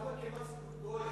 אבל למה כמס גולגולת?